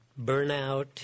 burnout